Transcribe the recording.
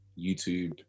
YouTube